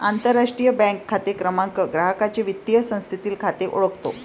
आंतरराष्ट्रीय बँक खाते क्रमांक ग्राहकाचे वित्तीय संस्थेतील खाते ओळखतो